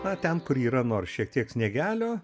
na ten kur yra nors šiek tiek sniegelio